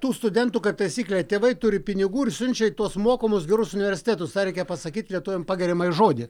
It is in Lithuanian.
tų studentų kaip taisyklė tėvai turi pinigų ir siunčia tuos mokamus gerus universitetus tą reikia pasakyt lietuviam pagiriamąjį žodį